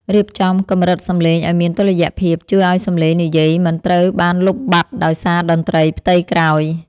រៀបចំកម្រិតសំឡេងឱ្យមានតុល្យភាពជួយឱ្យសំឡេងនិយាយមិនត្រូវបានលុបបាត់ដោយសារតន្ត្រីផ្ទៃក្រោយ។